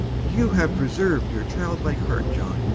you have preserved your childlike heart, john